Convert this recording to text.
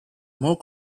more